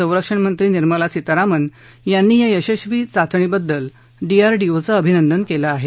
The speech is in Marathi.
संरक्षणमंत्री निर्मला सीतारामन यांनी या यशस्वी चाचणीबद्दल डीआरडीओचं अभिनंदन केलं आहे